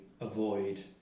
avoid